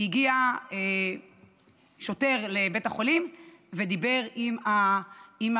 הגיע שוטר לבית החולים ודיבר עם ג',